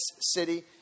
city